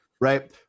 right